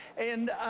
and,